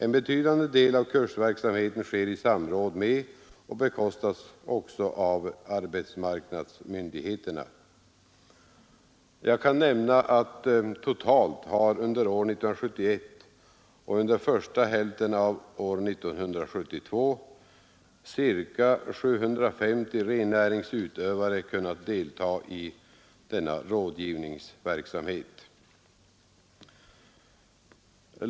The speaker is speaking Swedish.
En betydande del av kursverksamheten sker i samråd med och bekostas av arbetsmarknadsmyndigheterna. Jag kan nämna att totalt har under år 1971 och under första hälften av år 1972 ca 750 rennäringsutövare kunnat deltaga i denna rådgivningsverksamhet.